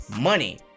money